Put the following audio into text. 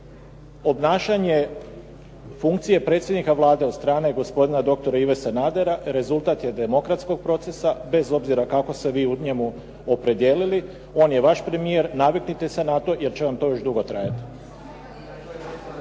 Obnašanje funkcije predsjednika Vlade od strane gospodina doktora Ive Sanadera rezultat je demokratskog procesa bez obzira kako se vi u njemu opredijelili. On je vaš premijer, naviknite se na to jer će vam to još dugo trajati.